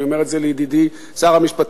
אני אומר את זה לידידי שר המשפטים.